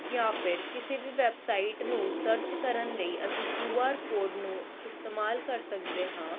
ਜਾਂ ਫਿਰ ਕਿਸੇ ਵੀ ਵੈੱਬਸਾਈਟ ਨੂੰ ਸਰਚ ਕਰਨ ਲਈ ਅਸੀਂ ਕਿਊ ਆਰ ਕੋਡ ਨੂੰ ਇਸਤੇਮਾਲ ਕਰ ਸਕਦੇ ਹਾਂ